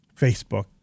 Facebook